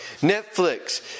Netflix